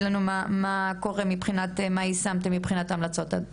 לנו מה קורה מבחינת יישום המלצות הדו"ח.